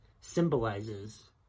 symbolizes